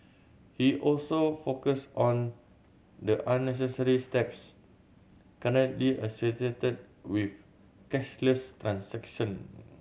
he also focused on the unnecessary steps currently associated with cashless transaction